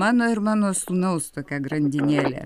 mano ir mano sūnaus tokia grandinėlė